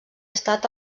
estat